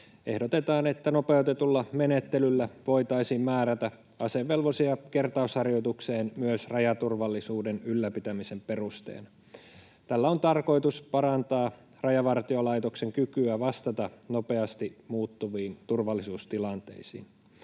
Ehdotetaan, että nopeutetulla menettelyllä voitaisiin määrätä asevelvollisia kertausharjoitukseen myös rajaturvallisuuden ylläpitämisen perusteella. Tällä on tarkoitus parantaa Rajavartiolaitoksen kykyä vastata nopeasti muuttuviin turvallisuustilanteisiin.